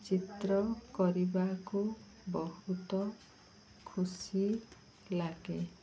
ଚିତ୍ର କରିବାକୁ ବହୁତ ଖୁସି ଲାଗେ